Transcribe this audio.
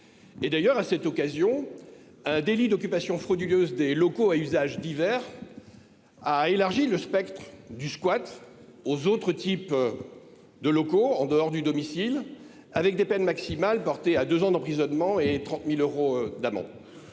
d’amende. À cette occasion, un délit d’occupation frauduleuse des locaux à usages divers a élargi le spectre du squat aux autres types de locaux, en dehors du domicile. En la matière, les peines maximales ont été portées à deux ans d’emprisonnement et 30 000 euros d’amende.